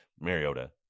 Mariota